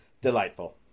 delightful